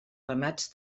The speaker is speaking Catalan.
ramats